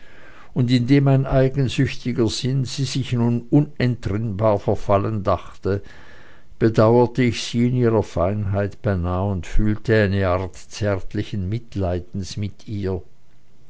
und indem mein eigensüchtiger sinn sie sich nun unentrinnbar verfallen dachte bedauerte ich sie in ihrer feinheit beinahe und fühlte eine art zärtlichen mitleidens mit ihr